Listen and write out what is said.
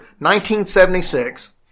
1976